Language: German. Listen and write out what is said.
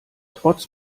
trotz